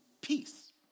peace